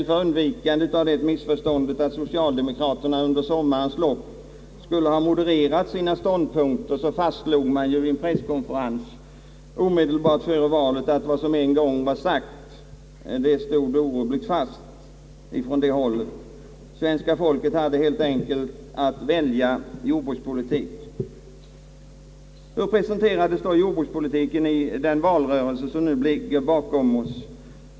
För undvikande av det missförståndet, att socialdemokraterna under sommarens lopp skulle ha modifierat sina ståndpunkter, fastslog man därtill vid en presskonferens omedelbart före valet, att man stod orubbligt fast vid vad som en gång sagts. Svenska folket hade helt enkelt att välja jordbrukspolitik. Hur presenterades då jordbrukspolitiken i den valrörelse som nu ligger bakom 0ss?